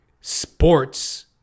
sports